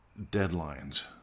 deadlines